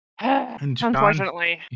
Unfortunately